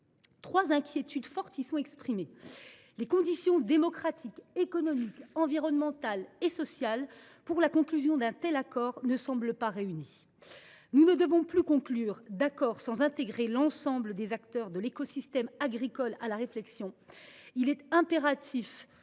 Trois inquiétudes fortes y sont exprimées. D’abord, les conditions démocratiques, économiques, environnementales et sociales pour la conclusion d’un tel accord ne semblent pas réunies. Nous ne devons plus conclure d’accord sans intégrer l’ensemble des acteurs de l’écosystème agricole à la réflexion. Il est impératif